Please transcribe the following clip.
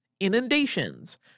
inundations